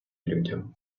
людям